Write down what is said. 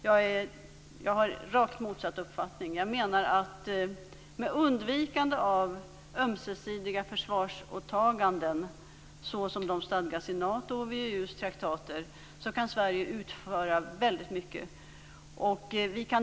Jag har rakt motsatt uppfattning. Jag menar att med undvikande av ömsesidiga försvarsåtaganden som de stadgas i Natos och VEU:s traktater kan Sverige utföra mycket.